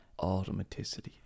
automaticity